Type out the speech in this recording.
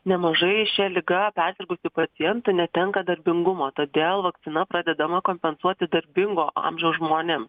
nemažai šia liga persirgusių pacientų netenka darbingumo todėl vakcina pradedama kompensuoti darbingo amžiaus žmonėms